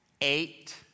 Eight